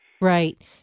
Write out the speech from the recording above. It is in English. Right